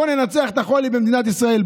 בוא ננצח את החולי במדינת ישראל,